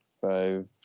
five